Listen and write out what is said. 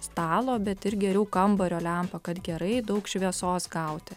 stalo bet ir geriau kambario lempą kad gerai daug šviesos gauti